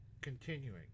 Continuing